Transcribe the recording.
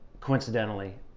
coincidentally